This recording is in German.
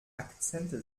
akzente